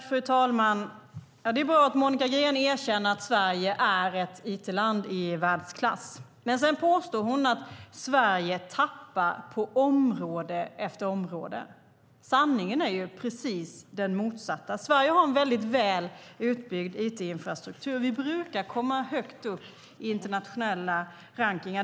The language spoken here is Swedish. Fru talman! Det är bra att Monica Green erkänner att Sverige är ett it-land i världsklass. Men sedan påstår hon att Sverige tappar på område efter område. Sanningen är precis den motsatta. Sverige har en väldigt väl utbyggd it-infrastruktur. Vi brukar komma högt upp i internationella rankningar.